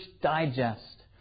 Digest